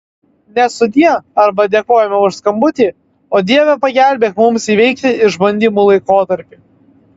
ne sudie arba dėkojame už skambutį o dieve pagelbėk mums įveikti išbandymų laikotarpį